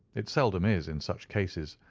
it seldom is in such cases.